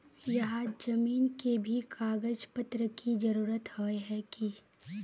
यहात जमीन के भी कागज पत्र की जरूरत होय है की?